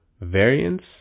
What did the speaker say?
variance